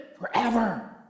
forever